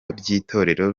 by’itorero